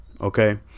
Okay